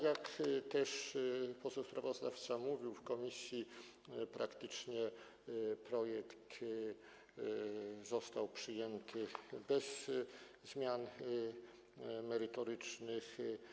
Jak też poseł sprawozdawca mówił, w komisji praktycznie projekt został przyjęty bez zmian merytorycznych.